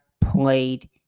played